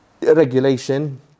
regulation